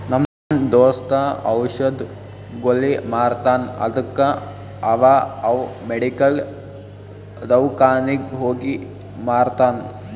ನಮ್ ದೋಸ್ತ ಔಷದ್, ಗೊಲಿ ಮಾರ್ತಾನ್ ಅದ್ದುಕ ಅವಾ ಅವ್ ಮೆಡಿಕಲ್, ದವ್ಕಾನಿಗ್ ಹೋಗಿ ಮಾರ್ತಾನ್